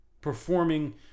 Performing